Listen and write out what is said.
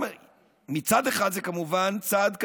מצד אחד, זה כמובן צעד קדימה.